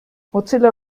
mozilla